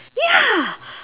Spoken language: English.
ya